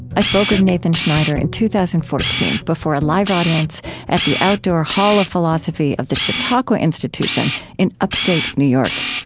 i spoke with nathan schneider in two thousand and fourteen before a live audience at the outdoor hall of philosophy of the chautauqua institution in upstate new york